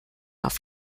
auf